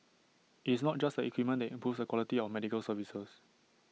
it's not just the equipment that improves the quality of medical services